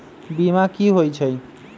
बीमा कि होई छई?